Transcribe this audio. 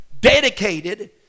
dedicated